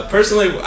Personally